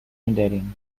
میداریم